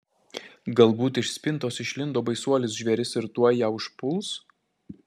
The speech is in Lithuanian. galbūt iš spintos išlindo baisuolis žvėris ir tuoj ją užpuls